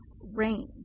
RAIN